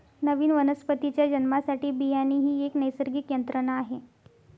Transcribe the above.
नवीन वनस्पतीच्या जन्मासाठी बियाणे ही एक नैसर्गिक यंत्रणा आहे